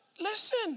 listen